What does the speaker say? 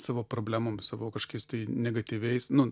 savo problemomis savo kažkokiais tai negatyviais nu